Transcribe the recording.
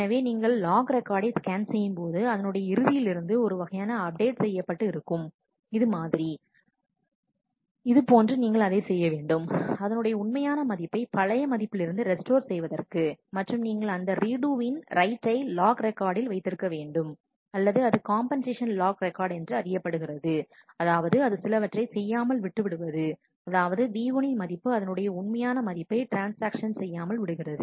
எனவே நீங்கள் லாக் ரெக்கார்டை ஸ்கேன் செய்யும்போது அதனுடைய இறுதியிலிருந்து ஒரு வகையான அப்டேட் செய்யப்பட்டு இருக்கும் இது மாதிரி ஆக இது போன்று நீங்கள் அதை செய்ய வேண்டும் அதனுடைய உண்மையான மதிப்பை பழைய மதிப்பிலிருந்து ரெஸ்டோர் செய்வதற்கு மற்றும் நீங்கள் அந்த ரீடுவின் ரைட்டை லாக் ரெக்கார்டில் வைத்திருக்க வேண்டும் அல்லது அது காம்பென்சேஷன் லாக் ரெக்கார்ட் என்று அறியப்படுகிறது அதாவது அது சிலவற்றை செய்யாமல் விட்டுவிடுவது அதாவது v1 இன் மதிப்பு அதனுடைய உண்மையான மதிப்பை ட்ரான்ஸ்ஆக்ஷன் செய்யாமல் விடுகிறது